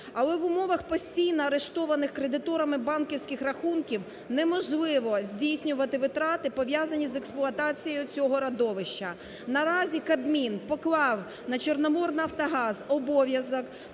Але в умовах постійно арештованих кредиторами банківських рахунків неможливо здійснювати витрати, пов'язані з експлуатаціє цього родовища. Наразі Кабмін поклав на "Чорноморнафтогаз" обов'язок